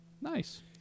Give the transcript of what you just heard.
Nice